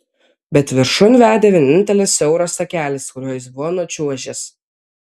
bet viršun vedė vienintelis siauras takelis kuriuo jis buvo nučiuožęs